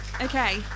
Okay